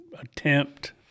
attempt